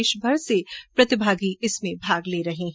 देशभर से प्रतिभागी इसमें भाग ले रहे हैं